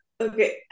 okay